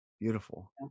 Beautiful